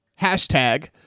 Hashtag